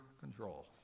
control